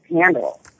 handle